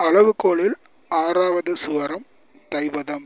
அளவுகோலில் ஆறாவது சுவரம் தைவதம்